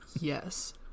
Yes